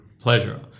Pleasure